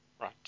Right